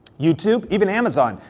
youtube, even amazon.